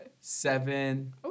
seven